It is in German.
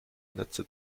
netze